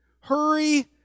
hurry